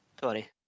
Sorry